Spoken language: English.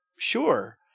Sure